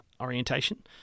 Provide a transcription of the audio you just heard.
orientation